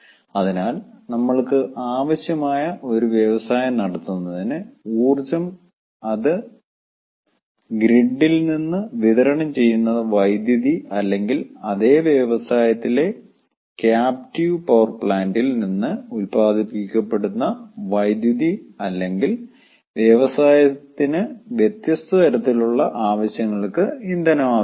അതിനാൽ നമ്മൾക്ക് ആവശ്യമായ ഒരു വ്യവസായം നടത്തുന്നതിന് ഊർജ്ജം അത് ഗ്രിഡിൽ നിന്ന് വിതരണം ചെയ്യുന്ന വൈദ്യുതി അല്ലെങ്കിൽ ആതെ വ്യവസായത്തിലെ ക്യാപ്റ്റീവ് പവർ പ്ലാന്റിൽ നിന്ന് ഉത്പാദിപ്പിക്കപ്പെടുന്ന വൈദ്യുതി അല്ലെങ്കിൽ വ്യവസായത്തിന് വ്യത്യസ്ത തരത്തിലുള്ള ആവശ്യങ്ങൾക്ക് ഇന്ധനം ആവശ്യമാണ്